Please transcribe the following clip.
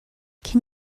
can